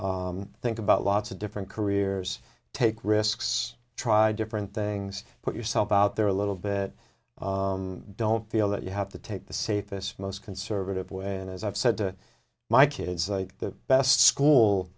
think about lots of different careers take risks try different things put yourself out there a little bit don't feel that you have to take the safest most conservative when as i've said to my kids the best school